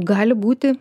gali būti